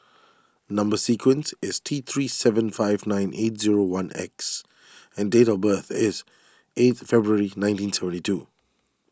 Number Sequence is T three seven five nine eight zero one X and date of birth is eighth February nineteen seventy two